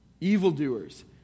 evildoers